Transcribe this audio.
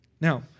Now